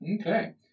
Okay